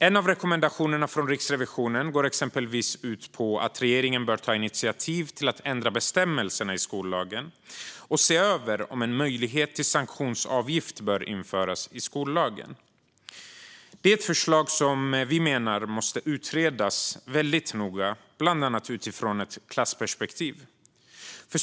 En av rekommendationerna från Riksrevisionen går exempelvis ut på att regeringen bör ta initiativ till att ändra bestämmelserna i skollagen och se över om en möjlighet till sanktionsavgift bör införas i skollagen. Det är ett förslag som vi menar måste utredas väldigt noga, bland annat utifrån ett klassperspektiv.